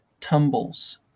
tumbles